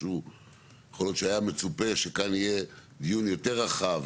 יכול להיות שהיה מצופה שכאן יהיה דיון יותר רחב,